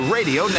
Radio